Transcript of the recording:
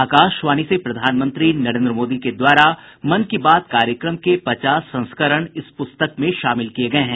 आकाशवाणी से प्रधानमंत्री नरेन्द्र मोदी द्वारा के मन की बात कार्यक्रम के पचास संस्करण इस पुस्तक में शामिल किए गए हैं